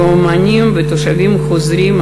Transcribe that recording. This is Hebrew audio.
אמנים ותושבים חוזרים,